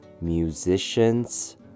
musicians